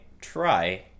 try